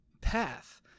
path